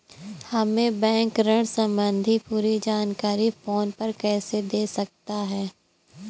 हमें बैंक ऋण संबंधी पूरी जानकारी फोन पर कैसे दे सकता है?